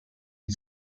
eat